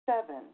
Seven